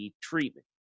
treatment